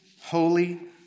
holy